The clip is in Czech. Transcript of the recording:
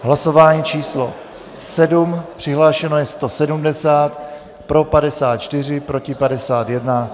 Hlasování číslo 7, přihlášeno 170, pro 54, proti 51.